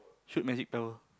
shoot magic power